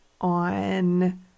on